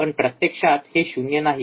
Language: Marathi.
पण प्रत्यक्षात हे शून्य नाही